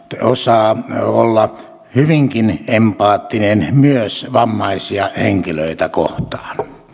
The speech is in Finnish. osaa olla hyvinkin empaattinen myös vammaisia henkilöitä kohtaan